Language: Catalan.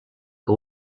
que